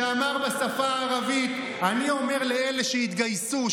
שאמר בשפה הערבית: אני אומר לאלה שהתגייסו,